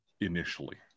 initially